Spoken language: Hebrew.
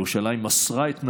ירושלים מסרה את נפשה,